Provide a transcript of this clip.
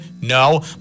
No